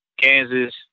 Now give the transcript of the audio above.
Kansas